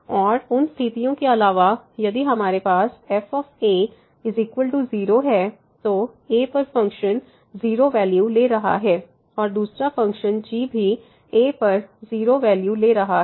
और उन स्थितियों के अलावा यदि हमारे पास fa 0 है तो a पर फ़ंक्शन 0 वैल्यू ले रहा है और दूसरा फ़ंक्शन g भी a पर 0 वैल्यू ले रहा है